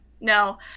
no